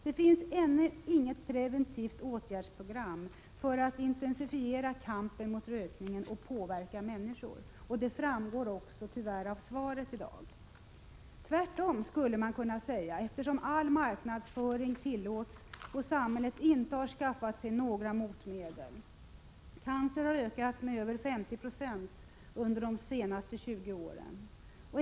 Det finns ännu inget preventivt åtgärdsprogram för att intensifiera kampen mot rökningen och påverka människor. Det framgår tyvärr också av svaret i dag. Tvärtom, skulle man också kunna säga, eftersom all marknadsföring tillåts och samhället inte har skaffat sig några motmedel. Cancer har ökat med över 50 20 under de senaste 20 åren.